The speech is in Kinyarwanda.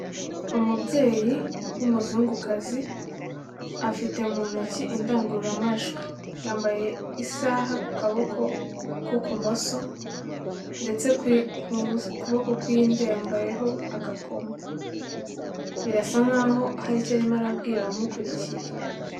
Umubyeyi w'umuzungukazi afite mu ntoki indangururamajwi. Yambaye isaha ku kaboko k'ibumoso ndetse ukuboko kw'indyo yambayeho agakomo. Birasa nkaho hari icyo arimo arabwira abamukurikiye.